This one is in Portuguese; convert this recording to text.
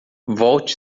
volte